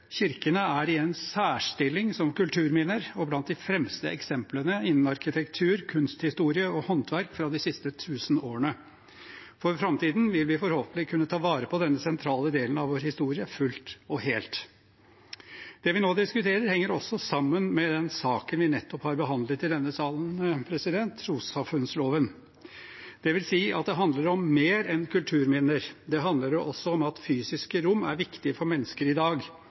Kirkene er i en særstilling som kulturminner og blant de fremste eksemplene innen arkitektur, kunsthistorie og håndverk fra de siste tusen årene. For framtiden vil vi forhåpentlig kunne ta vare på denne sentrale delen av vår historie fullt og helt. Det vi nå diskuterer, henger også sammen med den saken vi nettopp har behandlet i denne salen, trossamfunnsloven. Det vil si at det handler om mer enn kulturminner, det handler også om at fysiske rom er viktige for mennesker i dag.